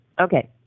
Okay